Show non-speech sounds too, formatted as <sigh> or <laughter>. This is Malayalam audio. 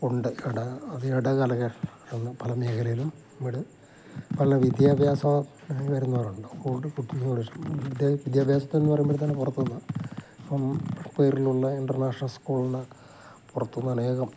ഉണ്ട് അത് <unintelligible> പല മേഖലയിലും ഇവിടെ പല വിദ്യാഭ്യാസത്തിനായി വരുന്നവരുണ്ട് അതുകൊണ്ട് കുട്ടികളുടെ വിദ്യാഭ്യാസത്തിനെന്ന് പറയുമ്പോഴേക്ക് പുറത്തുനിന്നാണ് ഇപ്പം പേരുള്ള ഇൻറ്റർനാഷണൽ സ്കൂളിന് പുറത്തുനിന്നനേകം